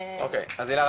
הילה,